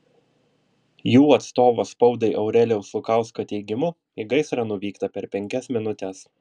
jų atstovo spaudai aurelijaus lukausko teigimu į gaisrą nuvykta per penkias minutes